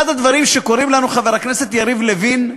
אחד הדברים שקורים לנו, חברי חבר הכנסת יריב לוין,